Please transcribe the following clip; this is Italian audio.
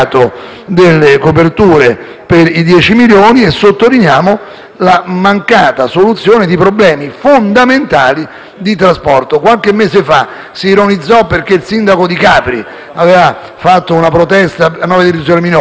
per quei 10 milioni e sottolineiamo la mancata soluzione dei problemi fondamentali del trasporto. Qualche mese fa si ironizzò perché il sindaco di Capri aveva fatto una protesta a nome delle isole minori. Tutti dicevano: ma a Capri cosa vogliono?